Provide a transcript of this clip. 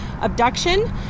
abduction